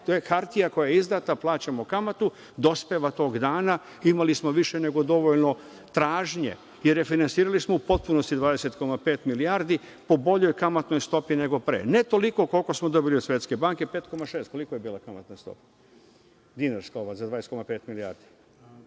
to je hartija koja je izdata, plaćamo kamatu, dospeva tog dana, imali smo više nego dovoljno tražnje i refinansirali smo u potpunosti 20,5 milijardi po boljoj kamatnoj stopi nego pre, ne toliko koliko smo dobili od Svetske banke, 5,6%. Prema tome, bez promene kamatne stope imali smo dovoljno